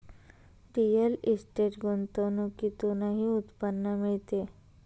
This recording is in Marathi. रिअल इस्टेट गुंतवणुकीतूनही उत्पन्न मिळते